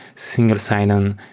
single sign on,